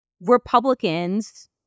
Republicans